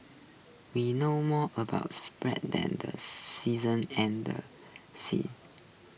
we know more about space than the seasons and seas